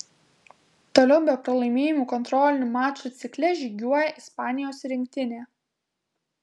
toliau be pralaimėjimų kontrolinių mačų cikle žygiuoja ispanijos rinktinė